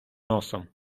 носом